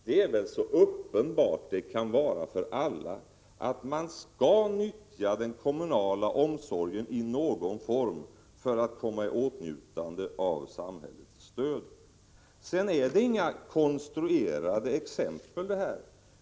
Det är väl uppenbart för alla att man skall nyttja den kommunala omsorgen i någon form för att komma i åtnjutande av samhällets stöd. Sedan gäller det inga konstruerade exempel.